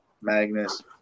Magnus